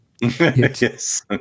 yes